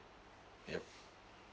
yup